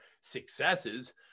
successes